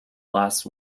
last